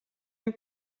you